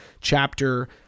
chapter